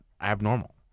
abnormal